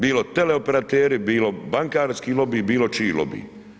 Bilo teleoperateri, bilo bankarski lobij, bilo čiji lobij.